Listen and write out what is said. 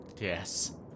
Yes